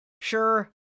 Sure